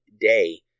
day